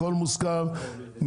הכל מוסכם,